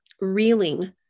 reeling